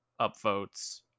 upvotes